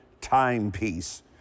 timepiece